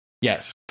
Yes